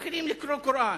מתחילים לקרוא קוראן.